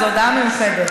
זו הודעה מיוחדת.